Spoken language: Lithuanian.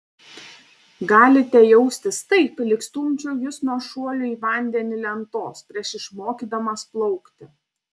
galite jaustis taip lyg stumčiau jus nuo šuolių į vandenį lentos prieš išmokydamas plaukti